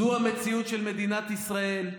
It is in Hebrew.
זו המציאות של מדינת ישראל.